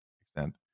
extent